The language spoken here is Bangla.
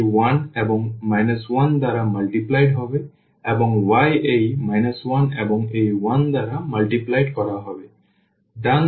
সুতরাং x এই 1 এবং 1 দ্বারা গুণিত হবে এবং y এই 1 এবং এই 1 দ্বারা গুণিত করা হবে ডান দিকের ভেক্টর 1 এবং 2